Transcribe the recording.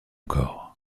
corps